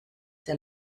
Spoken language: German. der